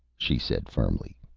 she said, firmly.